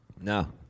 No